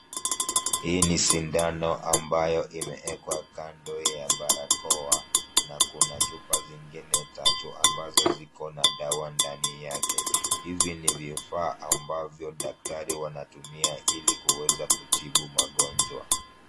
Hii ni sindano ambayo imeekwa kando ya barakoa, na kuna chupa zingine tatu ambazo ziko na dawa ndani yake. Hivi ni vifaa ambavyo daktari wanatumia ili kuweza kutibu magonjwa.